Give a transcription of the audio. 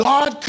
God